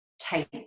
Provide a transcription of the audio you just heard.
tight